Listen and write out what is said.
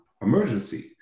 emergency